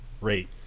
rate